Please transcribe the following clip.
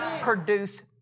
produce